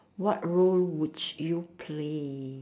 what role would you play